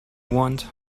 want